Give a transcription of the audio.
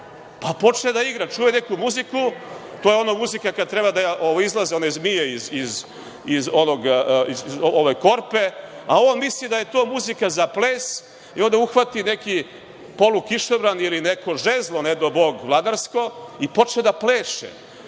pa počne da igra, da čuje neku muziku, to je ona muzika kad treba da izlaze one zmije iz korpe, a on misli da je to muzika za ples i onda uhvati neki polu kišobran ili neko žezlo vladarsko, ne dao Bog, i počne da pleše